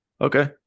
okay